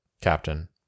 Captain